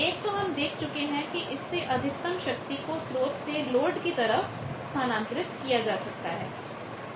एक तो हम देख चुके हैं कि इससे अधिकतम शक्ति को स्रोत से लोड की तरफ स्थानांतरित किया जा सकता है